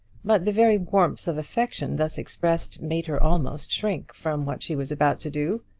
but the very warmth of affection thus expressed made her almost shrink from what she was about to do.